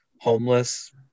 homeless